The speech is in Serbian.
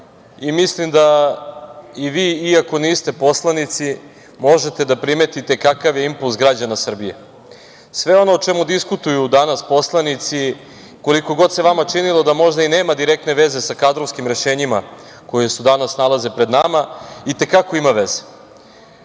i mislim da i vi iako niste poslanici, možete da primetite kakav je impuls građana Srbije. Sve ono o čemu diskutuju danas poslanici, koliko god se vama činilo da možda i nema direktne veze sa kadrovskim rešenjima koja se danas nalaze pred nama i te kako ima veze.